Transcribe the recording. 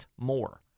more